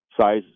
size